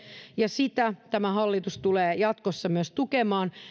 ja sitä tämä hallitus tulee jatkossa myös tukemaan